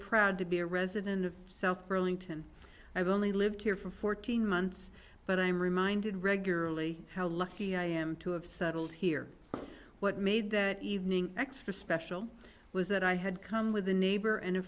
proud to be a resident of south burlington i've only lived here for fourteen months but i'm reminded regularly how lucky i am to have settled here what made that evening extra special was that i had come with a neighbor and a